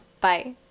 Bye